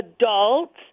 adults